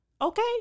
Okay